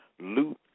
loot